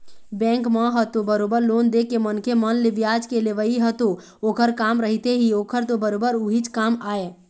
bank मन ह तो बरोबर लोन देके मनखे मन ले बियाज के लेवई ह तो ओखर काम रहिथे ही ओखर तो बरोबर उहीच काम आय